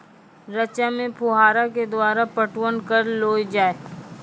रचा मे फोहारा के द्वारा पटवन करऽ लो जाय?